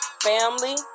family